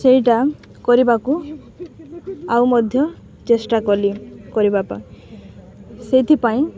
ସେଇଟା କରିବାକୁ ଆଉ ମଧ୍ୟ ଚେଷ୍ଟା କଲି କରିବା ପାଇଁ ସେଇଥିପାଇଁ